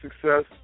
success